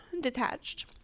detached